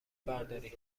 برداری